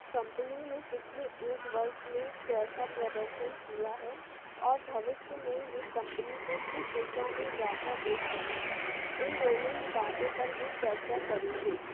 company ने पिछले एक वर्ष में कैसा प्रदर्शन किया है और भविष्य में वे कंपनी को किस दिशा में जाता देख रहे हैं इन दोनों ही बातों पर वे चर्चा करेंगे